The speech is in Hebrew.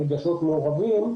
הרגשות מעורבים.